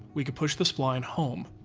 we could push the spline home.